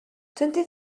twenty